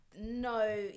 No